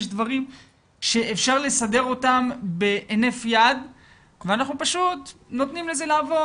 יש דברים שאפשר לסדר אותם בהינף יד ואנחנו פשוט נותנים לזה לעבור,